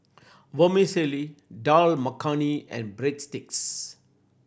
Vermicelli Dal Makhani and Breadsticks